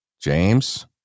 james